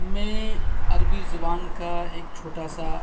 میں عربی زبان کا ایک چھوٹا سا